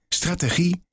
strategie